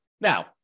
Now